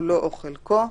כולו או חלקו -- שוב,